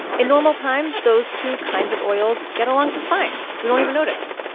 in normal times, those two kinds of oil get along just fine. we don't even notice.